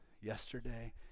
yesterday